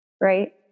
right